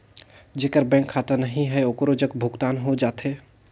जेकर बैंक खाता नहीं है ओकरो जग भुगतान हो जाथे?